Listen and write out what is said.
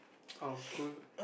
our school